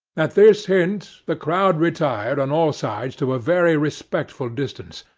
at this hint the crowd retired on all sides to a very respectful distance,